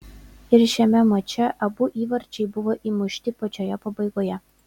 ir šiame mače abu įvarčiai buvo įmušti pačioje pabaigoje